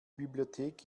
bibliothek